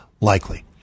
likely